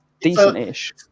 decent-ish